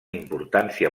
importància